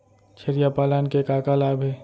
छेरिया पालन के का का लाभ हे?